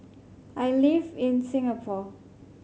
I live in Singapore